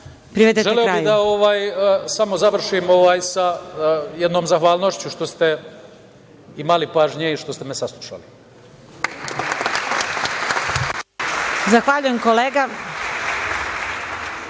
bih da završim sa jednom zahvalnošću što ste imali pažnje i što ste me saslušali.